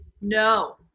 No